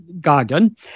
garden